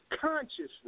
consciousness